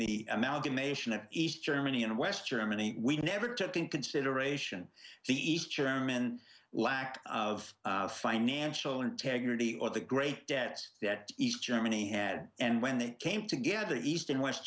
the amalgamation of east germany and west germany we never took in consideration the east german lack of financial integrity or the great debts that east germany had and when they came together east and west